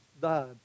died